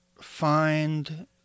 find